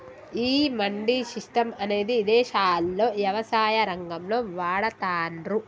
ఈ మండీ సిస్టం అనేది ఇదేశాల్లో యవసాయ రంగంలో వాడతాన్రు